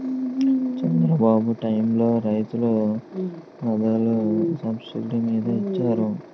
చంద్రబాబు టైములో రైతు రథాలు సబ్సిడీ మీద ఇచ్చారు